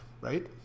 right